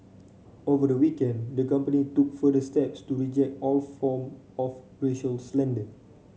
over the weekend the company took further steps to reject all form of racial slander